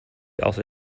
also